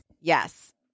Yes